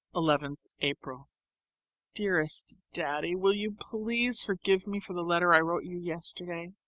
eleventh april dearest daddy, will you please forgive me for the letter i wrote you yesterday?